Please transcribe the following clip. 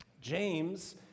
James